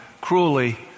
cruelly